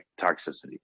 toxicity